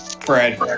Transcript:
Fred